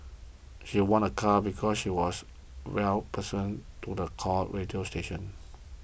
she won a car because she was twelfth person to the call radio station